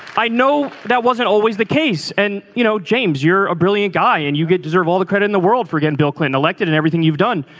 i know that wasn't always the case and you know james you're a brilliant guy and you get deserve all the credit in the world for getting bill clinton elected in everything you've done.